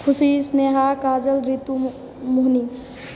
ख़ुशी स्नेहा काजल रितु मोहिनी